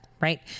right